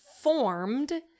formed